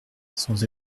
sans